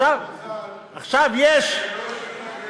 אתה לא יודע איזה מזל שהם לא יושבים כחקלאים,